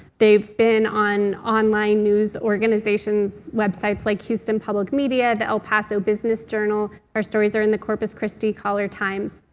they've been on online news organizations, websites like houston public media, the el paso business journal. our stories are in the corpus christi caller times.